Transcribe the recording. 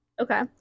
Okay